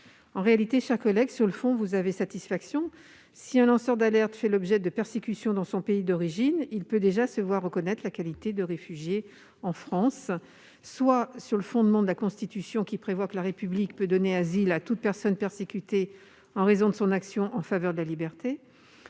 En réalité, ma chère collègue, sur le fond, vous avez satisfaction : si un lanceur d'alerte fait l'objet de persécutions dans son pays d'origine, il peut déjà se voir reconnaître la qualité de réfugié en France, soit sur le fondement de la Constitution, qui prévoit que la République peut donner asile à toute personne persécutée en raison de son action en faveur de la liberté,